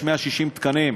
יש 160 תקנים,